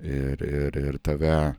ir ir ir tave